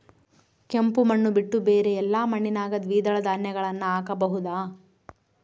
ಕೆಂಪು ಮಣ್ಣು ಬಿಟ್ಟು ಬೇರೆ ಎಲ್ಲಾ ಮಣ್ಣಿನಾಗ ದ್ವಿದಳ ಧಾನ್ಯಗಳನ್ನ ಹಾಕಬಹುದಾ?